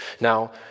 now